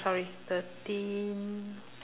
sorry thirteen